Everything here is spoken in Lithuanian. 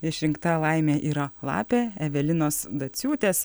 išrinkta laimė yra lapė evelinos daciūtės